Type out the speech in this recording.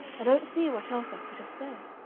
i don't see what else i could have said,